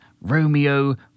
Romeo